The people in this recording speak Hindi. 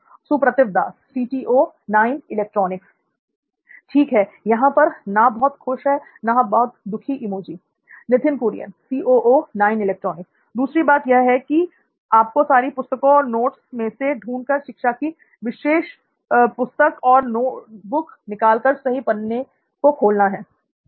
सुप्रतिव दास ठीक है यहां पर ना बहुत खुश ना बहुत दुखी इमोजी l नित्थिन कुरियन दूसरी बात यह है की उसको सारी पुस्तकों और नोटबुक में से ढूंढ कर शिक्षक की विशेष पुस्तक और नोटबुक निकाल कर सही पन्ने को खोलना है